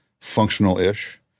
functional-ish